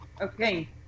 Okay